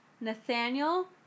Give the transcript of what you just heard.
Nathaniel